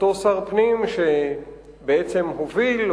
אותו שר פנים שבעצם הוביל,